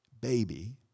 baby